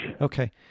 Okay